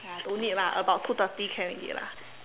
!aiya! don't need lah about two thirty can already lah